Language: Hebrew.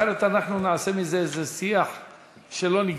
אחרת אנחנו נעשה מזה איזה שיח שלא נגמר.